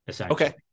Okay